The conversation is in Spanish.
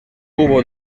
hubo